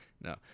No